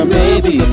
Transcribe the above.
baby